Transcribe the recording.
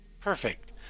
Perfect